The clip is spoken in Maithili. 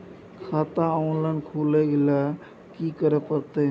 खाता ऑनलाइन खुले ल की करे परतै?